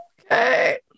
Okay